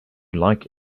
like